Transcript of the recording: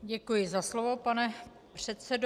Děkuji za slovo, pane předsedo.